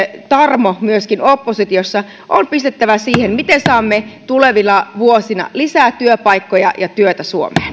tarmo myöskin oppositiossa on pistettävä siihen miten saamme tulevina vuosina lisää työpaikkoja ja työtä suomeen